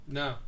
no